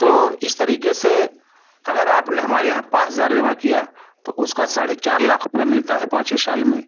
तो इस तरीके से अगर आपने हमारे यहाँ पांच हज़ार जमा किया तो उसका साढ़े चार लाख रुपये मिलता है पाँचवे साल में